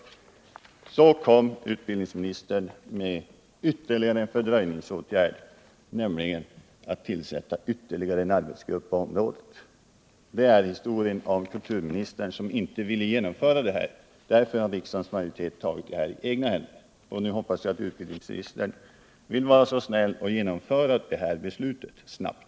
Och så kom utbildningsministern med ännu en fördröjningsåtgärd, nämligen att tillsätta ytterligare en arbetsgrupp i ärendet. Det är historien om kulturministern som inte ville genomföra det här förslaget. Därför har riksdagens majoritet tagit frågan i egna händer, och nu hoppas jag att utbildningsministern vill vara så snäll och verkställa beslutet snabbt.